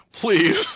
Please